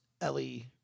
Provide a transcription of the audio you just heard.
Ellie